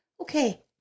Okay